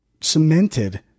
cemented